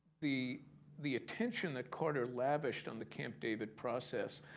the the attention that carter lavished on the camp david process,